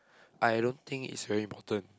I don't think it's very important